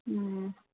હમ્મ